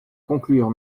conclure